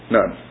None